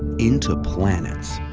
into planets.